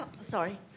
Sorry